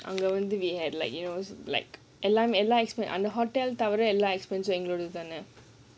அங்க வந்து:anga vandhu we had like you know like எல்லா:ellaa hotel toilet எங்களது தானே:engalathu thaanae